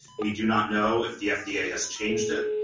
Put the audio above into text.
we do not know if the fda has changed it.